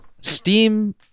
Steam